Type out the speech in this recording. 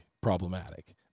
problematic